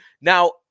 Now